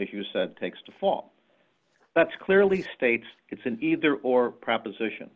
issues takes to fall that's clearly states it's an either or proposition